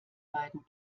beiden